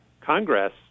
Congress